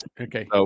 okay